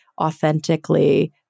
authentically